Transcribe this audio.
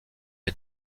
est